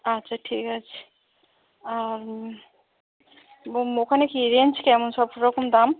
আচ্ছা ঠিক আছে আর বোম ওখানে কি রেঞ্জ কেমন সব রকম দাম